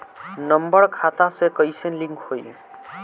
Number खाता से कईसे लिंक होई?